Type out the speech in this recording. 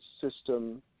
system